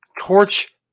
torch